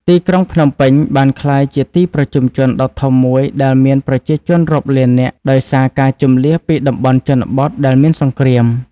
ទីក្រុងភ្នំពេញ បានក្លាយជាទីប្រជុំជនដ៏ធំមួយដែលមានប្រជាជនរាប់លាននាក់ ដោយសារការជម្លៀសពីតំបន់ជនបទដែលមានសង្គ្រាម។